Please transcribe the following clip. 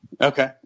Okay